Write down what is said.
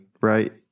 right